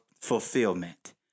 fulfillment